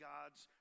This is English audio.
God's